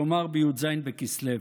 כלומר בי"ז בכסלו.